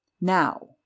Now